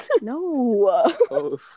No